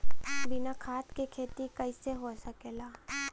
बिना खाद के खेती कइसे हो सकेला?